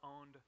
owned